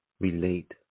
relate